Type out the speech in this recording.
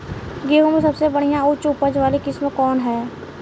गेहूं में सबसे बढ़िया उच्च उपज वाली किस्म कौन ह?